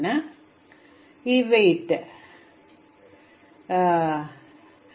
ഇത് ഫ്ലൈറ്റുകളുടെ ഒരു ശ്രേണിയാണെങ്കിൽ ഒരു ടിക്കറ്റിനായി ഞങ്ങൾ നൽകുന്ന ആകെ ചെലവ് ചിലവിന്റെ ആകെത്തുകയാണ്